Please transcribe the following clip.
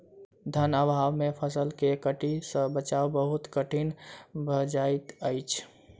धन अभाव में फसील के कीट सॅ बचाव बहुत कठिन भअ जाइत अछि